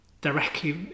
directly